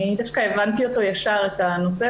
אני דווקא הבנתי מיד את הנושא,